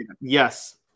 Yes